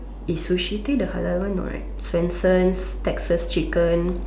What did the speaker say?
is sushi Tei the halal one no right Swensen's Texas chicken